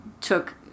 took